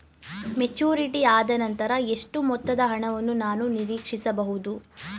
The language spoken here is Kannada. ಮೆಚುರಿಟಿ ಆದನಂತರ ಎಷ್ಟು ಮೊತ್ತದ ಹಣವನ್ನು ನಾನು ನೀರೀಕ್ಷಿಸ ಬಹುದು?